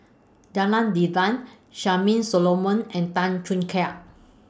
Janadas Devan Charmaine Solomon and Tan Choo Kai